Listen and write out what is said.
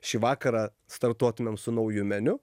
šį vakarą startuotumėm su nauju meniu